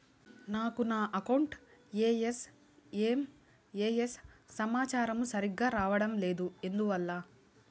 నాకు నా account SMS సమాచారము సరిగ్గా రావడం లేదు ఎందువల్ల?